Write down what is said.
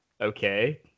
okay